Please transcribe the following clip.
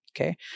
okay